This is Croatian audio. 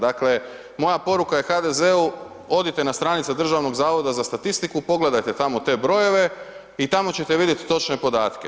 Dakle, moja poruka je HDZ odite na stranice Državnog zavoda za statistiku, pogledajte tamo te brojeve i tamo ćete vidjet točne podatke.